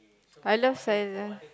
I love silence